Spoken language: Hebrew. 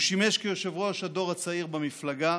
הוא שימש יושב-ראש הדור הצעיר במפלגה,